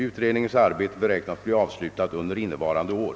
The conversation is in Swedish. Utredningens arbete beräknas bli avslutat under innevarande år.